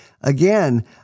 again